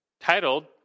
titled